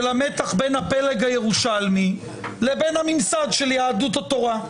המתח בין הפלג הירושלמי לבין הממסד של יהדות התורה.